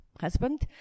husband